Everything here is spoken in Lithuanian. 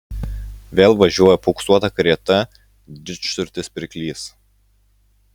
vėl važiuoja paauksuota karieta didžturtis pirklys